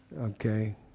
Okay